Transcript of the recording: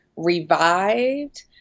revived